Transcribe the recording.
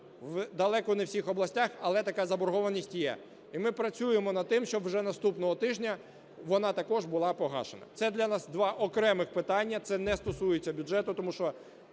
далеко не всіх областях, але така заборгованість є. І ми працюємо над тим, щоб вже наступного тижня вона також була погашена. Це для нас два окремих питання, це не стосується бюджету. Тому що